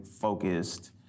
focused